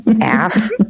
Ass